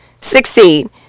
Succeed